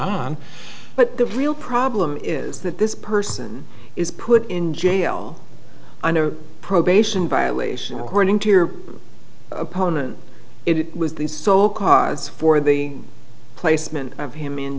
on but the real problem is that this person is put in jail on a probation violation according to your opponent it was the so cause for the placement of him in